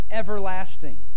everlasting